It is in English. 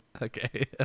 Okay